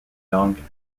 langues